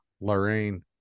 Lorraine